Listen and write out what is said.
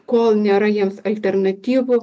kol nėra jiems alternatyvų